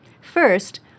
First